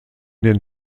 den